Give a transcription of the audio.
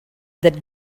that